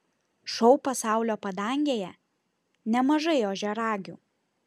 šou pasaulio padangėje nemažai ožiaragių